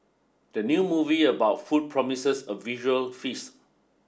the new movie about food promises a visual feast